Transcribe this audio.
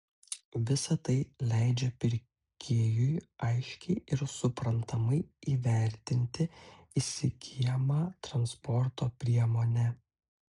visa tai leidžia pirkėjui aiškiai ir suprantamai įvertinti įsigyjamą transporto priemonę